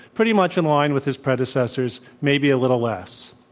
pretty much in line with his pr edecessors, maybe a little less.